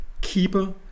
keeper